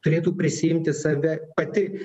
turėtų prisiimti save pati